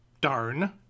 Darn